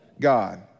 God